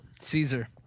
Caesar